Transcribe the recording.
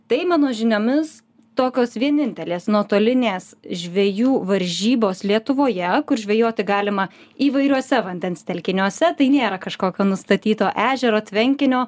tai mano žiniomis tokios vienintelės nuotolinės žvejų varžybos lietuvoje kur žvejoti galima įvairiuose vandens telkiniuose tai nėra kažkokio nustatyto ežero tvenkinio